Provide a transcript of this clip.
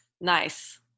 Nice